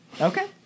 Okay